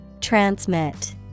Transmit